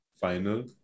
final